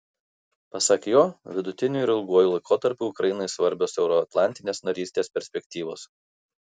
pasak jo vidutiniu ir ilguoju laikotarpiu ukrainai svarbios euroatlantinės narystės perspektyvos